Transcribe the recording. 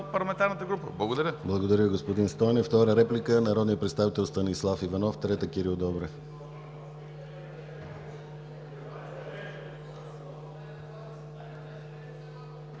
парламентарната група. Благодаря.